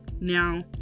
Now